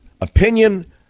opinion